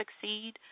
succeed